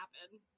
happen